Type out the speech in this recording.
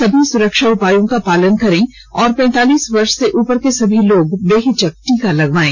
सभी सुरक्षा उपायों का पालन करें और पैंतालीस वर्ष से उपर के सभी लोग बेहिचक टीका लगवायें